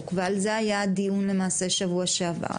ועל זה היה הדיון למעשה שבוע שעבר.